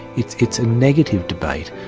it's it's a negative debate.